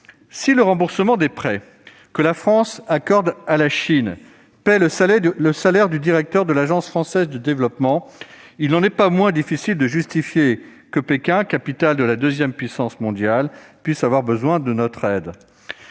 Si le remboursement des prêts que la France accorde à la Chine paie le salaire du directeur de l'Agence française de développement, il n'en est pas moins difficile de justifier que Pékin, capitale de la deuxième puissance mondiale, puisse avoir besoin de l'aide